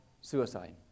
suicide